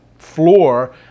floor